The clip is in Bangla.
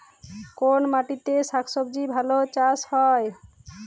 কোন মাটিতে শাকসবজী ভালো চাষ হয়?